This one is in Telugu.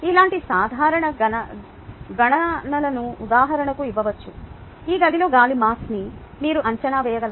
ఇలాంటి సాధారణ గణనలను ఉదాహరణకు ఇవ్వవచ్చు ఈ గదిలో గాలి మాస్ని మీరు అంచనా వేయగలరా